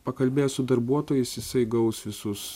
pakalbėjęs su darbuotojais jisai gaus visus